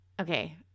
Okay